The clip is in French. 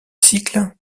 cycle